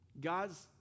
God's